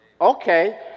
Okay